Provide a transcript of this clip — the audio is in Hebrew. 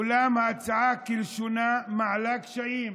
אולם ההצעה כלשונה מעלה קשיים,